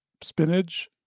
spinach